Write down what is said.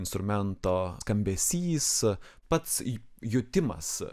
instrumento skambesys pats į jutimas